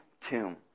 tomb